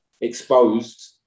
exposed